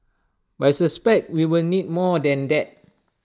but I suspect we will need more than that